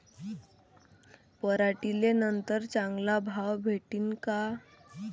पराटीले नंतर चांगला भाव भेटीन का?